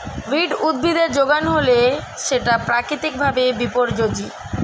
weed উদ্ভিদের যোগান হলে সেটা প্রাকৃতিক ভাবে বিপর্যোজী